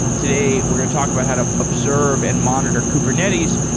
today we're going to talk about how to observe and monitor kubernetes,